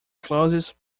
closest